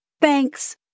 Thanks